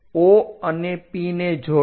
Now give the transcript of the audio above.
હવે O અને P ને જોડો